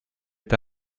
est